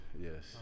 Yes